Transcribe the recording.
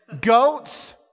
Goats